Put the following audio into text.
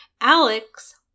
Alex